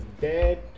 dead